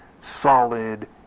solid